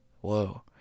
whoa